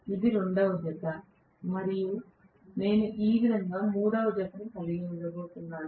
ఇది రెండవ జత మరియు నేను ఈ విధంగా మూడవ జతను కలిగి ఉండబోతున్నాను